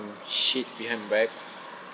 shit behind my back